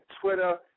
Twitter